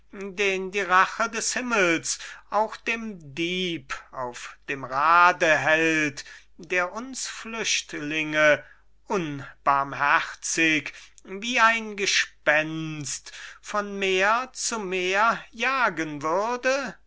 den die rache des himmels auch dem dieb auf dem rade hält der uns flüchtlinge unbarmherzig wie ein gespenst von meer zu meer jagen würde